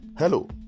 hello